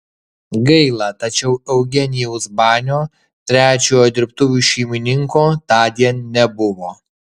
gaila tačiau eugenijaus banio trečiojo dirbtuvių šeimininko tądien nebuvo